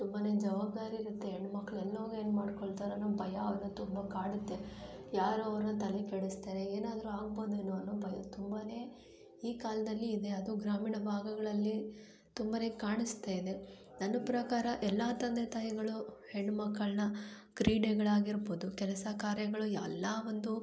ತುಂಬನೇ ಜವಾಬ್ದಾರಿ ಇರುತ್ತೆ ಹೆಣ್ಮುಕ್ಳು ಎಲ್ಲೋಗಿ ಏನು ಮಾಡ್ಕೊಳ್ತಾರನ್ನೋ ಭಯ ಅವ್ರನ್ನ ತುಂಬ ಕಾಡುತ್ತೆ ಯಾರೋ ಅವ್ರನ್ನ ತಲೆ ಕೆಡಿಸ್ತಾರೆ ಏನಾದರೂ ಆಗ್ಬೋದು ಎನ್ನುವ ಒಂದು ಭಯ ತುಂಬನೇ ಈ ಕಾಲದಲ್ಲಿ ಇದೆ ಅದು ಗ್ರಾಮೀಣ ಭಾಗಗಳಲ್ಲಿ ತುಂಬನೇ ಕಾಣಿಸ್ತಾಯಿದೆ ನನ್ನ ಪ್ರಕಾರ ಎಲ್ಲ ತಂದೆ ತಾಯಿಗಳು ಹೆಣ್ಣು ಮಕ್ಕಳನ್ನ ಕ್ರೀಡೆಗಳಾಗಿರ್ಬೋದು ಕೆಲಸ ಕಾರ್ಯಗಳು ಎಲ್ಲ ಒಂದು